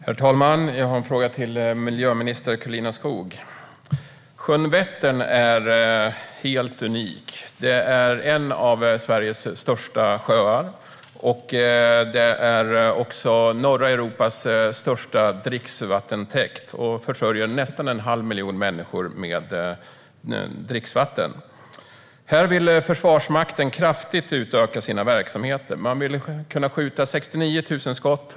Herr talman! Jag har en fråga till miljöminister Karolina Skog. Sjön Vättern är helt unik. Det är en av Sveriges största sjöar. Det är också norra Europas största dricksvattentäkt som försörjer nästan en halv miljon människor med dricksvatten. Här vill nu Försvarsmakten kraftigt utöka sina verksamheter. Man vill kunna skjuta 69 000 skott.